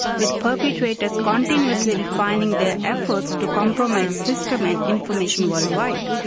with perpetrators continuously refining their efforts to compromise system and information worldwide.